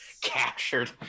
Captured